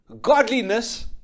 godliness